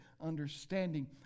understanding